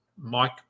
Mike